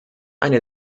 eine